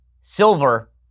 Silver